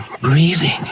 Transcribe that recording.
breathing